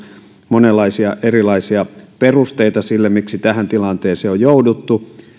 monenlaisia erilaisia perusteita sille miksi tähän tilanteeseen on jouduttu